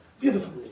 Beautiful